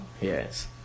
Yes